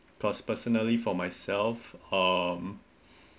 cause personally for myself um